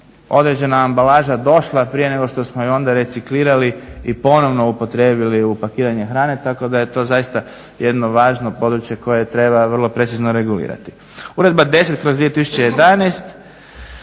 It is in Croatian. određena ambalaža došla prije nego što smo je onda reciklirali i ponovno upotrijebili u pakiranje hrane, tako da je to zaista jedno važno područje koje treba vrlo precizno regulirati. Uredba 10/2011.